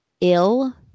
ill